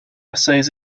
essays